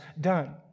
done